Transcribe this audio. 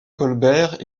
colbert